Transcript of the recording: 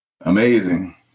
amazing